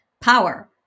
power